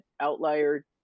outlier